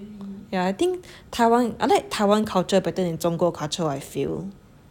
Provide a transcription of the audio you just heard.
yeah I think Taiwan I like Taiwan culture better then 中国 culture I feel